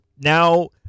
now